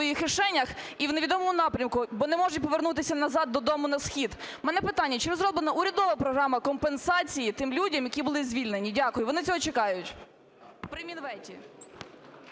Вони цього чекають.